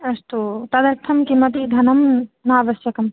अस्तु तदर्थं किमपि धनं नावश्यकं